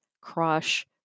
crush